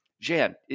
Jan